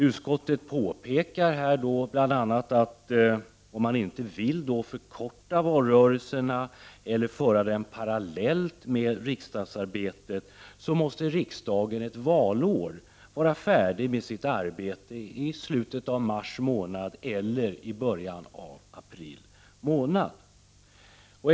Utskottet påpekar bl.a. att riksdagen ett valår måste avsluta sitt arbete i slutet av mars eller i början av april om valrörelsen inte skall förkortas eller föras parallellt med riksdagsarbetet.